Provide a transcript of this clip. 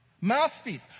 Mouthpiece